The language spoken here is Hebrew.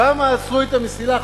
כמה עצרו את המסילה?